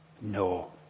No